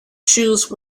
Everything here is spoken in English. choose